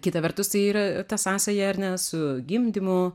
kita vertus tai yra ta sąsaja ar ne su gimdymu